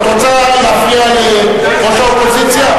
את רוצה להפריע לראש האופוזיציה?